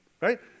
Right